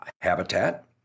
habitat